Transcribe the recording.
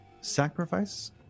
sacrifice